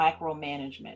micromanagement